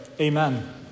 amen